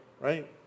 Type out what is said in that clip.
right